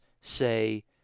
say